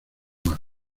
más